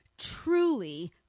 Truly